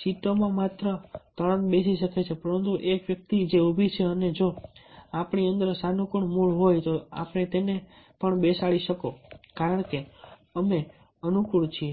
સીટો મા માત્ર ત્રણ જ બેસી શકે છે પરંતુ એક વ્યક્તિ જે ઉભી છે અને જો આપણી અંદર સાનુકૂળ મૂડ હોઈએ તો તેને તમે પણ બેસાડી શકો કારણકે અમે અનુકૂળ છીએ